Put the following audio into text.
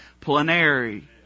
plenary